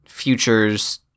futures